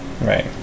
right